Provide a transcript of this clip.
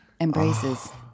embraces